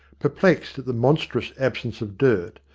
perplexed at the monstrous absence of dirt,